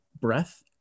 breath